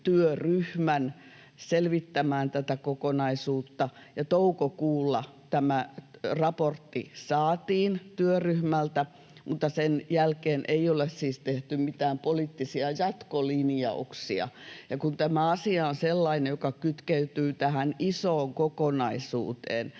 selvittämään tätä kokonaisuutta, ja toukokuussa tämä raportti saatiin työryhmältä. Mutta sen jälkeen ei ole siis tehty mitään poliittisia jatkolinjauksia. Kun tämä asia on sellainen, joka kytkeytyy tähän isoon kokonaisuuteen,